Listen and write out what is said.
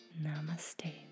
Namaste